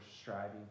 striving